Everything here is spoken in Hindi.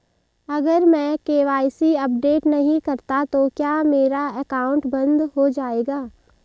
अगर मैं के.वाई.सी अपडेट नहीं करता तो क्या मेरा अकाउंट बंद हो जाएगा?